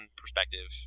perspective